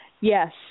Yes